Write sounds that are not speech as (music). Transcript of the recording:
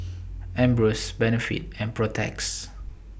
(noise) Ambros Benefit and Protex